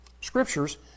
scriptures